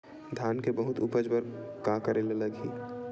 धान के बहुत उपज बर का करेला लगही?